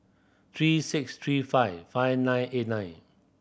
three six three five five nine eight nine